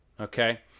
Okay